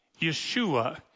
Yeshua